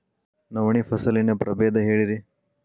ನವಣಿ ಫಸಲಿನ ಪ್ರಭೇದ ಹೇಳಿರಿ